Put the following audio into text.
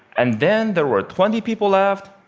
and then there were twenty people left,